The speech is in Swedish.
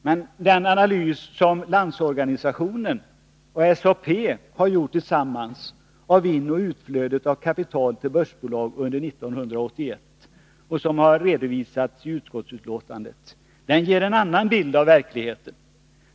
Men den analys som LO och SAP har gjort tillsammans av inoch utflödet av kapital till börsbolagen under 1981 och som redovisats i utskottsbetänkandet ger en annan bild av verkligheten.